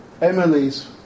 Emily's